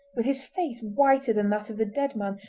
with his face whiter than that of the dead man,